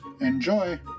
Enjoy